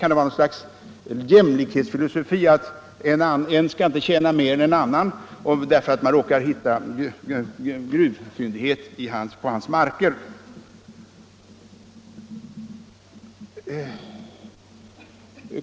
Kan det vara något slags jämlikhetsfilosofi — att en person inte skall tjäna mer än någon annan bara därför att man råkar hitta en gruvfyndighet på hans marker?